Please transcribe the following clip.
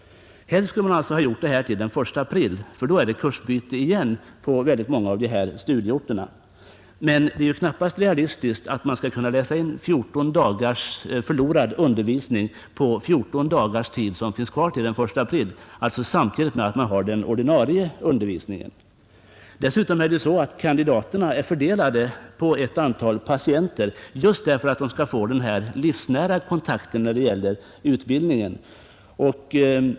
Helst skulle man ha klarat återläsningen till den 1 april, då det är kursbyte igen på många av studieorterna. Men det är knappast realistiskt att man skulle kunna läsa in 14 dagars förlorad undervisning på de 14 dagar som finns kvar till den 1 april samtidigt som man har den ordinarie undervisningen. Dessutom är kandidaterna fördelade på ett antal patienter just för att de skall få den livsnära kontakten i utbildningen.